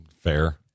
Fair